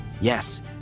Yes